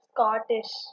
Scottish